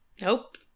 Nope